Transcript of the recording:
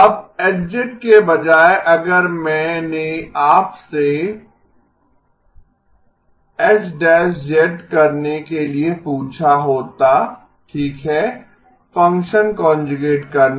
अब H के बजाय अगर मैंने आपसे H ¿ करने के लिए पूछा होता ठीक है फंक्शन कांजुगेट करना